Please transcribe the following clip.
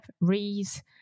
Reese